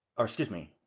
ah excuse me,